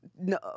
no